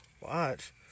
Watch